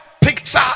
picture